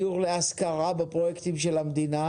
בדיור להשכרה בפרויקטים של המדינה?